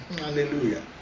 Hallelujah